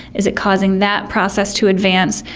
is it causing that process to advance?